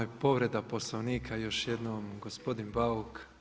I povreda Poslovnika još jednom, gospodin Bauk.